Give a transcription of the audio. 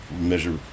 measure